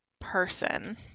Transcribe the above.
person